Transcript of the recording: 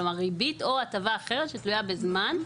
כלומר, ריבית או הטבה אחרת שתלויה בזמן.